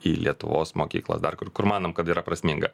į lietuvos mokyklas dar kur kur manom kad yra prasminga